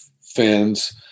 fans